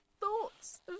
thoughts